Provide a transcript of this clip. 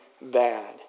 bad